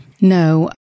no